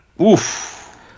Oof